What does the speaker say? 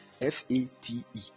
F-A-T-E